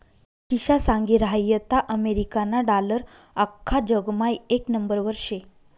किशा सांगी रहायंता अमेरिकाना डालर आख्खा जगमा येक नंबरवर शे